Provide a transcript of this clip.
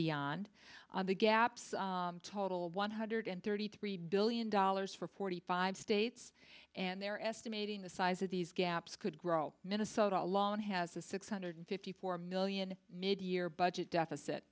beyond the gaps total one hundred thirty three billion dollars for forty five states and they're estimating the size of these gaps could grow minnesota lawn has a six hundred fifty four million mid year budget deficit